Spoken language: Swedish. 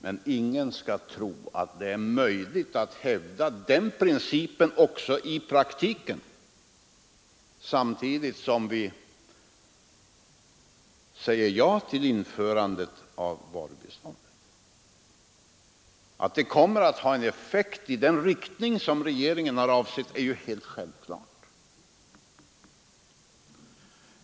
Men ingen skall tro att det är möjligt att i praktiken hävda den principen samtidigt som vi säger ja till införandet av varubistånd. Att detta kommer att ha en effekt i den riktning regeringen avsett är helt självklart.